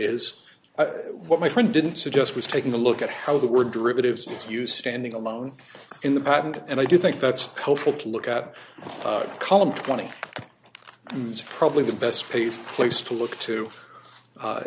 is what my friend didn't suggest was taking a look at how the word derivatives is used standing alone in the patent and i do think that's helpful to look at column twenty it's probably the best pais place to look to